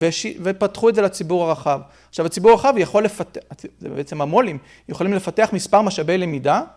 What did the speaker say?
ופתחו את זה לציבור הרחב. עכשיו הציבור הרחב יכול לפתח, זה בעצם המו"לים, יכולים לפתח מספר משאבי למידה.